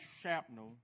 shrapnel